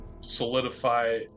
solidify